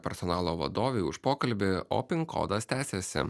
personalo vadovei už pokalbį o pin kodas tęsiasi